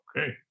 Okay